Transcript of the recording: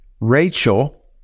Rachel